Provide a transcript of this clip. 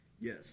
Yes